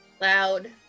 loud